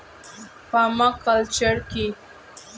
Parma culture কি?